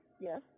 Yes